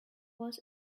was